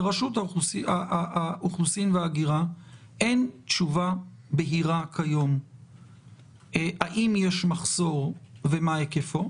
לרשות האוכלוסין וההגירה אין תשובה בהירה כיום האם יש מחסור ומה היקפו.